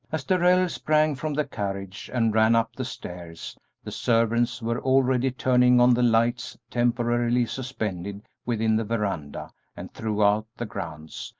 as darrell sprang from the carriage and ran up the stairs the servants were already turning on the lights temporarily suspended within the veranda and throughout the grounds,